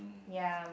Yum